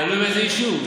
תלוי באיזה יישוב.